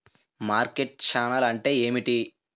Market channel అంటే ఏమిటి?